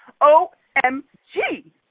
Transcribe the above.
O-M-G